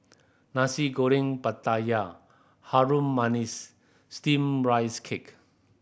Nasi Goreng Pattaya Harum Manis Steamed Rice Cake